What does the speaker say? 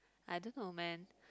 I don't know man